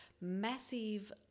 massive